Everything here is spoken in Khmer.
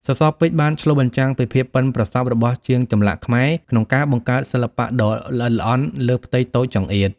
សសរពេជ្របានឆ្លុះបញ្ចាំងពីភាពប៉ិនប្រសប់របស់ជាងចម្លាក់ខ្មែរ ក្នុងការបង្កើតសិល្បៈដ៏ល្អិតល្អន់លើផ្ទៃតូចចង្អៀត។